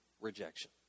rejection